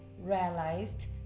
realized